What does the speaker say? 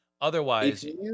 Otherwise